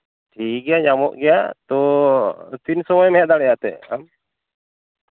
ᱴᱷᱤᱠ ᱜᱮᱭᱟ ᱧᱟᱢᱚᱜ ᱜᱮᱭᱟ ᱛᱳ ᱛᱤᱱ ᱥᱚᱢᱚᱭ ᱮᱢ ᱦᱮᱡ ᱫᱟᱲᱮᱭᱟᱜᱼᱟ ᱮᱱᱛᱮᱫ ᱟᱢ